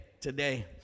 Today